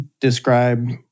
describe